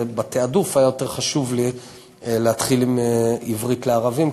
ובתעדוף היה יותר חשוב לי להתחיל עם עברית לערבים,